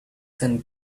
sent